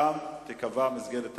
שם תיקבע מסגרת הדיון,